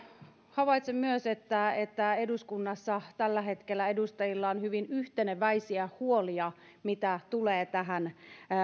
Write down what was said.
havaitsen myös että että eduskunnassa tällä hetkellä edustajilla on hyvin yhteneväisiä huolia mitä tulee tähän